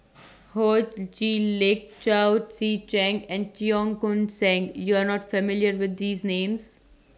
Ho Chee Lick Chao Tzee Cheng and Cheong Koon Seng YOU Are not familiar with These Names